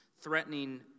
threatening